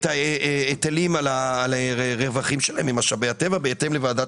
את ההיטלים על הרווחים שלה ממשאבי הטבע בהתאם לוועדת